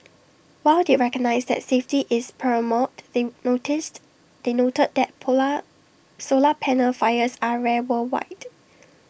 while they recognised that safety is paramount the noticed they noted that polar solar panel fires are rare worldwide